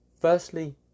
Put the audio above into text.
firstly